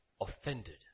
offended